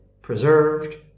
preserved